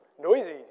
Noisy